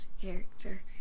character